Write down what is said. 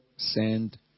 Send